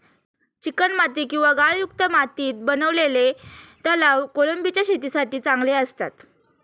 चिकणमाती किंवा गाळयुक्त मातीत बनवलेले तलाव कोळंबीच्या शेतीसाठी चांगले असतात